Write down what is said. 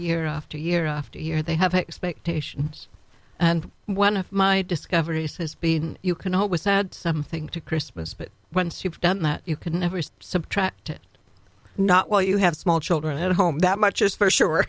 year after year after year they have expectations and one of my discoveries has been you can always add something to christmas but when soup done that you can never say subtract it not while you have small children at home that much is for sure